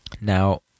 Now